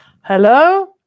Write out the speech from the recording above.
Hello